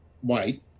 White